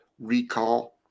recall